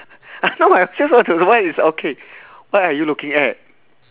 I know I just want to know what is okay what are you looking at